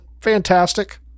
Fantastic